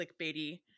clickbaity